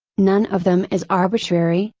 none of them is arbitrary,